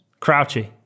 Crouchy